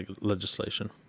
legislation